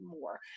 more